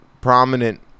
prominent